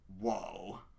Whoa